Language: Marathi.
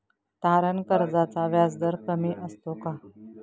तारण कर्जाचा व्याजदर कमी असतो का?